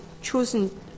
chosen